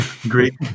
great